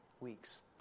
weeks